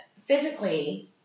physically